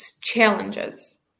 challenges